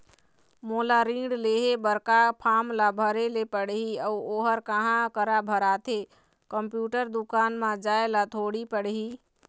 मोला ऋण लेहे बर का फार्म ला भरे ले पड़ही अऊ ओहर कहा करा भराथे, कंप्यूटर दुकान मा जाए ला थोड़ी पड़ही?